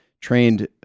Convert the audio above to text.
trained